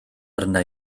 arna